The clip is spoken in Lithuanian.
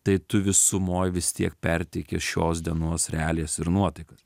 tai tu visumoj vis tiek perteiki šios dienos realijas ir nuotaikas